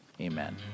Amen